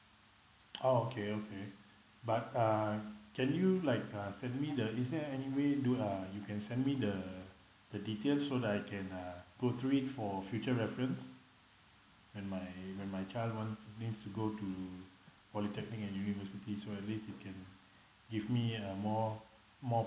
oh okay okay but uh can you like uh send me the is there any way do uh you can send me the the details so that I can uh go through it for future reference when my when my child wants needs to go to polytechnic and university so at least you can give me a more more